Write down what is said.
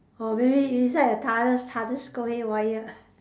oh maybe inside a